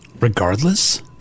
regardless